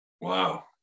Wow